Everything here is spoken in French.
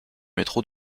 métro